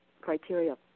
criteria